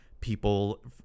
people